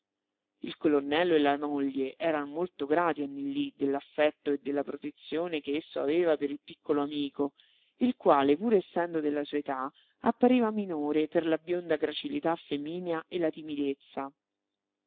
il colonnello e la moglie eran molto grati a nillí dell'affetto e della protezione che esso aveva per il piccolo amico il quale pur essendo della sua età appariva minore per la bionda gracilità feminea e la timidezza